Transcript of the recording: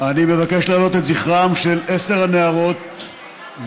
אני מבקש להעלות את זכרם של תשע הנערות והנער,